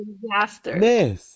disaster